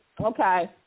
Okay